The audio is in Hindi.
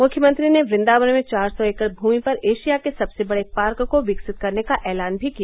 मुख्यमंत्री ने वृदावन में चार सौ एकड़ भ्रमि पर एशिया के सबसे बड़े पार्क को विकसित करने का ऐलान भी किया